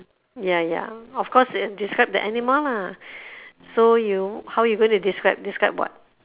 ya ya of course describe the animal lah so you how you going to describe describe what